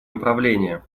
направление